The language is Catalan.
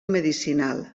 medicinal